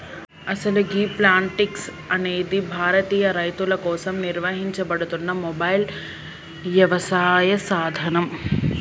అసలు గీ ప్లాంటిక్స్ అనేది భారతీయ రైతుల కోసం నిర్వహించబడుతున్న మొబైల్ యవసాయ సాధనం